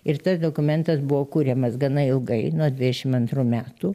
ir tas dokumentas buvo kuriamas gana ilgai nuo dvidešim antrų metų